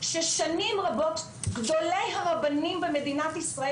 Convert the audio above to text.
ששנים רבות גדולי הרבנים במדינת ישראל